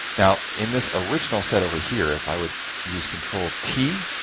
now, in this original set over here if i would use control t,